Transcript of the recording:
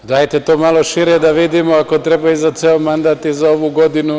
Dajte to malo šire da vidimo, ako treba i za ceo mandat i za ovu godinu.